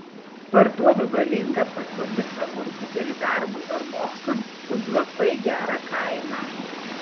parduodu galingą paturbintą kompiuterį darbui ar mokslams už labai gerą kainą